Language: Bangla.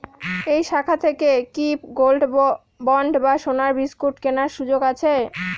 এই শাখা থেকে কি গোল্ডবন্ড বা সোনার বিসকুট কেনার সুযোগ আছে?